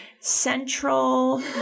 central